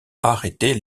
arrêter